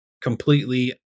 completely